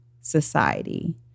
society